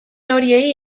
horiei